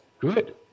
good